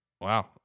Wow